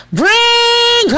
bring